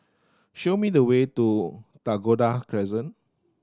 show me the way to Dakota Crescent